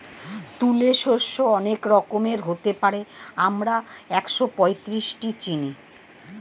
তুলে শস্য অনেক রকমের হতে পারে, আমরা একশোপঁয়ত্রিশটি চিনি